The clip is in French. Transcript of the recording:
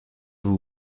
vous